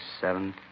seven